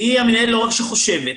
שהיא לא רק חושבת,